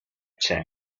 check